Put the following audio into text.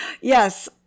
Yes